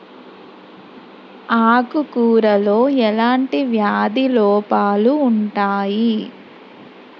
ఆకు కూరలో ఎలాంటి వ్యాధి లోపాలు ఉంటాయి?